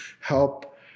help